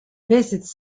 visits